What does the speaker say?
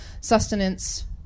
sustenance